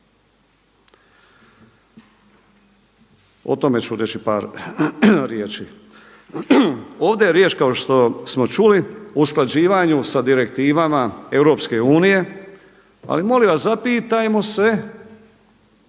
O tome ću reći par riječi. Ovdje je riječ kao što smo čuli o usklađivanju sa direktivama EU, ali molim vas zapitajmo se